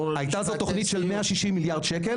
הייתה זו תכנית של 160 מיליארד ₪,